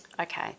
Okay